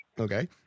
Okay